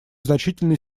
значительной